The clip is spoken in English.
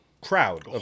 crowd